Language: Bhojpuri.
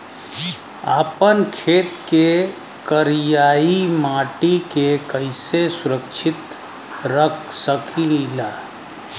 आपन खेत के करियाई माटी के कइसे सुरक्षित रख सकी ला?